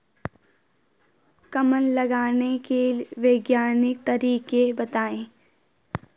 कमल लगाने के वैज्ञानिक तरीके बताएं?